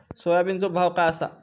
सोयाबीनचो भाव काय आसा?